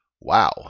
Wow